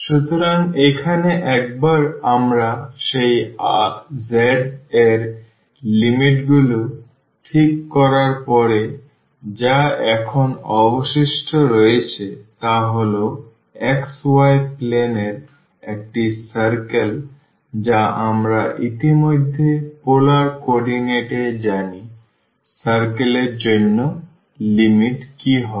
সুতরাং এখানে একবার আমরা সেই z এর লিমিটগুলি ঠিক করার পরে যা এখন অবশিষ্ট রয়েছে তা হল xy প্লেন এর একটি circle যা আমরা ইতিমধ্যে পোলার কোঅর্ডিনেট এ জানি circle এর জন্য লিমিট কী হবে